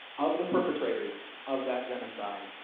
of the perpetrators of that genocide,